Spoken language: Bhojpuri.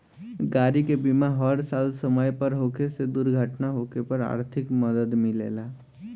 गाड़ी के बीमा हर साल समय पर होखे से दुर्घटना होखे पर आर्थिक मदद मिलेला